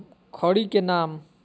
खड़ी के नाम?